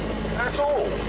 at all.